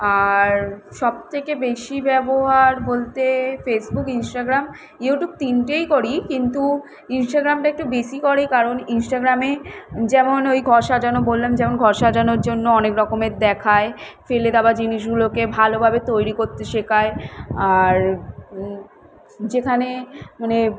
আর সব থেকে বেশি ব্যবহার বলতে ফেসবুক ইনস্ট্রাগ্রাম ইউটিউব তিনটেই করি কিন্তু ইনস্ট্রাগ্রামটা একটু বেশি করি কারণ ইনস্ট্রাগ্রামে যেমন ওই ঘর সাজানো বললাম যেমন ঘর সাজানোর জন্য অনেক রকমের দেখায় ফেলে দেওয়া জিনিসগুলোকে ভালোভাবে তৈরি করতে শেখায় আর যেখানে মানে